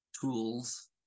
tools